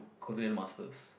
colonial masters